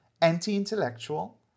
anti-intellectual